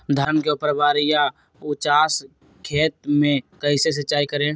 धान के ऊपरवार या उचास खेत मे कैसे सिंचाई करें?